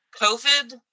COVID